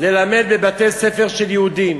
ללמד בבתי-ספר של יהודים.